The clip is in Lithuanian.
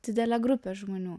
didelę grupę žmonių